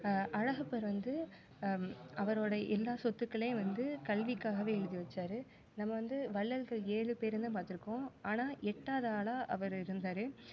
அழகப்பர் வந்து அவரோடய எல்லா சொத்துக்களையும் வந்து கல்விக்காகவே எழுதி வைச்சாரு நம்ம வந்து வள்ளல்கள் ஏழு பேருன்னுதான் பார்த்துருக்கோம் ஆனால் எட்டாவது ஆளாக அவர் இருந்தார்